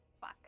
Fuck